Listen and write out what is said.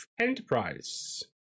enterprise